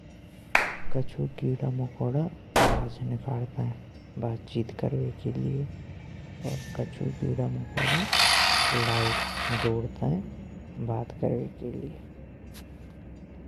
कछु कीड़ा मकोड़ा आवाज निकालते हैं, बातचीत करवै के लिए कछु कीड़ा मकोड़ा लाइट जोरते हैं बात करवै के लिए।